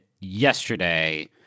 yesterday